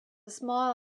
small